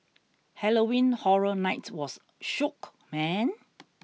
Halloween Horror Night was shook man